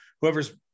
whoever's